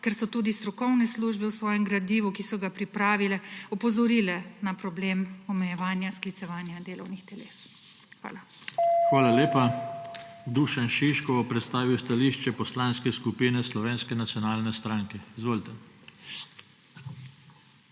ker so tudi strokovne službe v svojem gradivu, ki so ga pripravile, opozorile na problem omejevanja sklicevanja delovnih teles. Hvala. **PODPREDSEDNIK JOŽE TANKO:** Hvala lepa. Dušan Šiško bo predstavil stališče Poslanske skupine Slovenske nacionalne stranke. Izvolite.